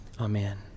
Amen